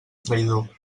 traïdor